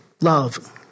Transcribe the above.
Love